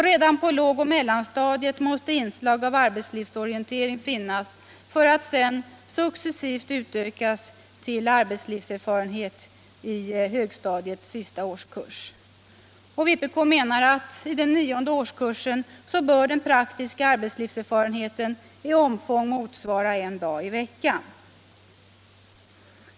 Redan på lågoch mellanstadiet måste inslag av arbetslivsorientering finnas, för att sedan successivt utökas till arbetslivserfarenhet i högstadiets sista årskurs. Vpk menar att den praktiska arbetslivserfarenheten i nionde årskursen i omfång bör motsvara en dag i veckan.